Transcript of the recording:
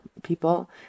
people